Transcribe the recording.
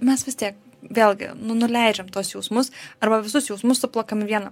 mes vis tiek vėlgi nu nuleidžiam tuos jausmus arba visus jausmus suplakam į vieną